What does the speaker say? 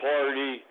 Party